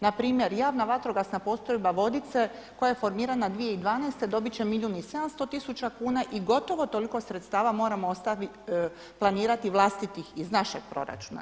Npr. Javna vatrogasna postrojba Vodice koja je formirana 2012. dobit će milijun i 700 tisuća kuna i gotovo toliko sredstava moramo planirati vlastitih iz našeg proračuna.